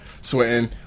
sweating